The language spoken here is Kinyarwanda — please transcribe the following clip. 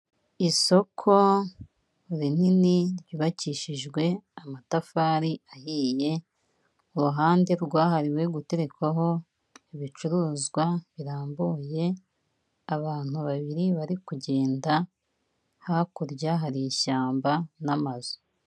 Isoko rinini ryubakishijwe amatafari ahiye, ku ruhande rwahariwe gutekwaho ibicuruzwa birambuye, abantu babiri bari kugenda, hakurya hari ishyamba n'amazu.